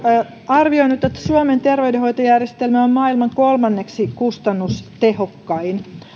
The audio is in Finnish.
arvioinut että että suomen terveydenhoitojärjestelmä on maailman kolmanneksi kustannustehokkain